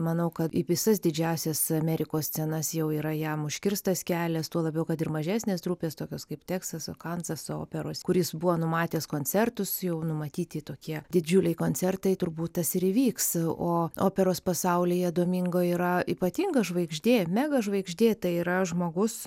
manau kad į visas didžiąsias amerikos scenas jau yra jam užkirstas kelias tuo labiau kad ir mažesnės trupės tokios kaip teksaso kanzaso operos kur jis buvo numatęs koncertus jau numatyti tokie didžiuliai koncertai turbūt tas ir įvyks o operos pasaulyje domingo yra ypatinga žvaigždė mega žvaigždė tai yra žmogus